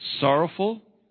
sorrowful